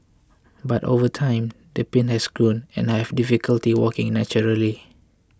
but over time the pain has grown and I have difficulty walking naturally